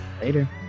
Later